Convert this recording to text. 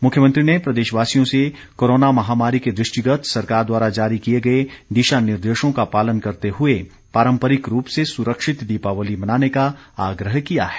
मुख्यमंत्री ने प्रदेशवासियों से कोरोना महामारी के दृष्टिगत् सरकार द्वारा जारी किए गए दिशा निर्देशों का पालन करते हुए पारम्परिक रूप से सुरक्षित दीपावली मनाने का आग्रह किया है